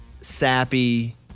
sappy